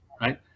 right